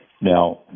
Now